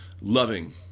loving